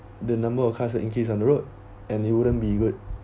the number of cars were increase on the road and you wouldn't be good